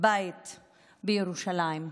בית בירושלים,